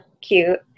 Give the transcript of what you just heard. cute